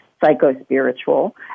psycho-spiritual